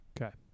Okay